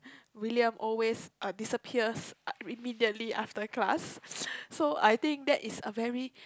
William always uh disappears immediately after class so I think that is a very